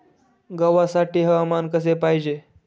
गव्हासाठी हवामान कसे पाहिजे?